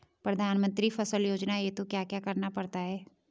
प्रधानमंत्री फसल योजना हेतु क्या क्या करना पड़ता है?